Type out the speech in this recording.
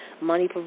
Money